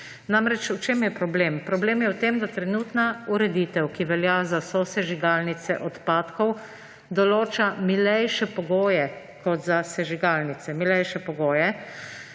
okolja. V čem je problem? Problem je v tem, da trenutna ureditev, ki velja za sosežigalnice odpadkov, določa milejše pogoje, kot veljajo za sežigalnice. Daje torej